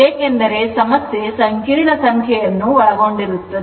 ಏಕೆಂದರೆ ಸಮಸ್ಯೆ ಸಂಕೀರ್ಣ ಸಂಖ್ಯೆ ಅನ್ನು ಒಳಗೊಂಡಿರುತ್ತದೆ